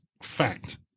fact